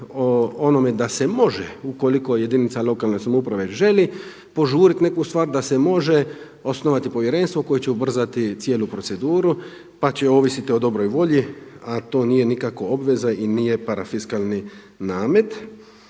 o onome da se može ukoliko jedinica lokalne samouprave želi požuriti neku stvar da se može osnovati povjerenstvo koje će ubrzati cijelu proceduru pa će ovisiti o dobroj volji, a to nije nikako obveza i nije parafiskalni namet.